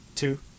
Two